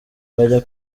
bajya